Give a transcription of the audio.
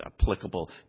applicable